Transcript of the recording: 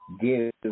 give